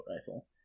rifle